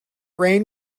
rain